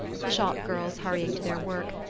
the shop-girls hurrying to their work,